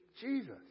Jesus